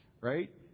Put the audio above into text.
right